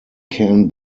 can